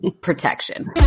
protection